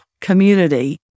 community